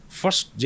first